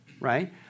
right